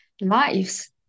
lives